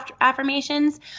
affirmations